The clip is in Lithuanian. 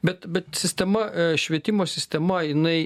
bet bet sistema švietimo sistema jinai